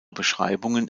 beschreibungen